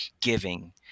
giving